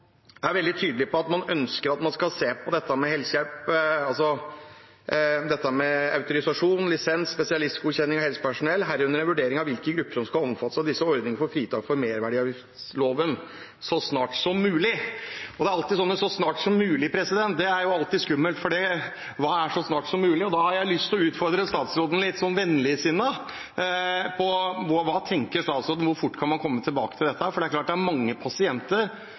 er veldig tydelig på at man ønsker å se på dette med autorisasjon, lisens og spesialistgodkjenning av helsepersonell, herunder så snart som mulig en vurdering av hvilke grupper som skal omfattes av ordningene for fritak under merverdiavgiftsloven. Og «så snart som mulig» er alltid skummelt, for hva er «så snart som mulig»? Da har jeg lyst til å utfordre statsråden litt vennligsinnet på hvor fort hun tenker at man kan komme tilbake til dette, for det er mange pasienter som etter at merverdiavgiften kom, gjerne skulle sett at man fikk vurdert det